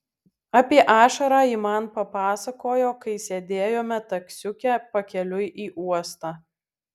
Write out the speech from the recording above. apie ašarą ji man papasakojo kai sėdėjome taksiuke pakeliui į uostą